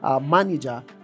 manager